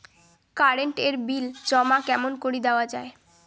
Current এর bill জমা কেমন করি দেওয়া যায়?